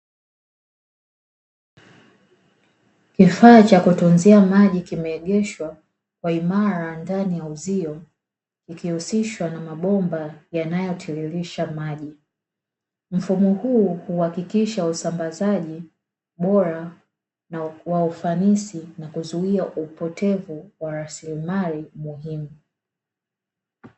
Kifaa cha kutunzia maji kimeegeshwa kwa imara ndani ya uzio, ikiusishwa na mabomba yanayotiririsha maji, mfumo huu huakikisha usambazaji bora wa ufanisi na kuzuia upotevu wa rasilimali muhimu.